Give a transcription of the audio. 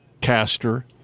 caster